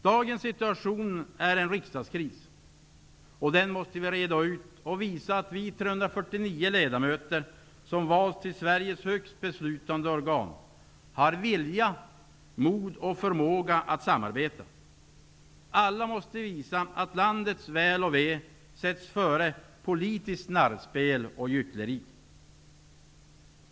Dagens situation är en riksdagskris. Den måste vi reda ut och visa att vi 349 ledamöter som valts till Sveriges högst beslutande organ har vilja, mod och förmåga att samarbeta. Alla måste visa att landets väl och ve sätts före politiskt narrspel och gyckleri.